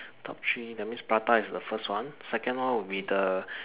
top three that means prata is the first one second one would be the